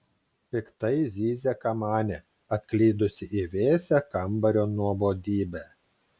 piktai zyzia kamanė atklydusi į vėsią kambario nuobodybę